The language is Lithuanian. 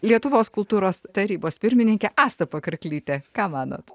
lietuvos kultūros tarybos pirmininkė asta pakarklytė ką manot